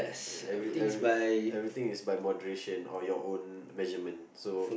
every every every thing is by moderation or your own measurement so